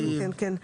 כן, כן.